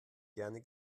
gerne